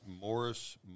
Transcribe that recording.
Morris